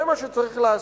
זה מה שצריך לעשות.